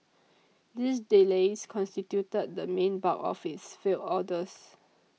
these delays constituted the main bulk of its failed orders